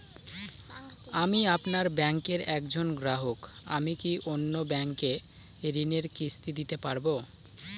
আমি আপনার ব্যাঙ্কের একজন গ্রাহক আমি কি অন্য ব্যাঙ্কে ঋণের কিস্তি দিতে পারবো?